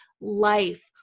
life